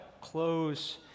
close